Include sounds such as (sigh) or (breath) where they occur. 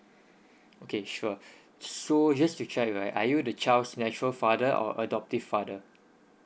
okay sure (breath) so just to check right are you the child's natural father or adoptive father